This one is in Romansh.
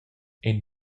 ein